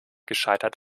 gescheitert